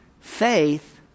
Faith